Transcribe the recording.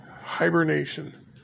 hibernation